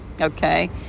okay